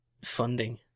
funding